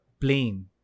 plane